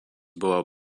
buvo